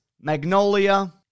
Magnolia